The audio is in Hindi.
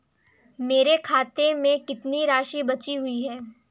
मेरे खाते में कितनी राशि बची हुई है?